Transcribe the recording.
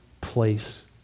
place